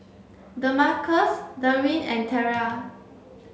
Demarcus Darwyn and Terell